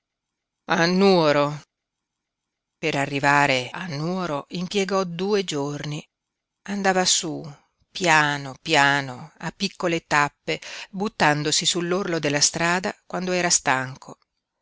a nuoro per arrivare a nuoro impiegò due giorni andava su piano piano a piccole tappe buttandosi sull'orlo della strada quando era stanco